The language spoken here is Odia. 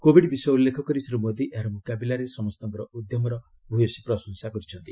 କୋବିଡ୍ ବିଷୟ ଉଲ୍ଲେଖ କରି ଶ୍ରୀ ମୋଦୀ ଏହାର ମୁକାବିଲାରେ ସମସ୍ତଙ୍କର ଉଦ୍ୟମର ଭୂୟସୀ ପ୍ରଶଂସା କରିଛନ୍ତି